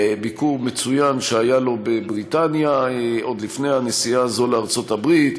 ביקור מצוין היה לו בבריטניה עוד לפני הנסיעה הזו לארצות-הברית,